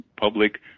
public